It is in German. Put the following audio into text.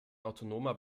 autonomer